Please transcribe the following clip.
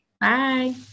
Bye